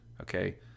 okay